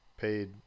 paid